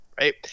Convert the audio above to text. right